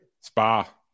Spa